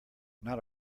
not